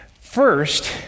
First